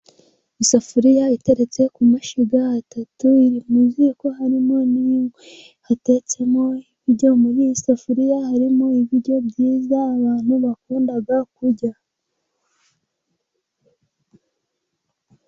Isafuriya iteretse ku mashyiga atatu iri mu ziko harimo n'inkwi hatetsemo ibiryo. Muri iyi safuriya harimo ibiryo byiza abantu bakunda kurya.